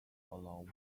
allow